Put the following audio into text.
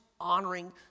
honoring